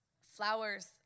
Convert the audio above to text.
Flowers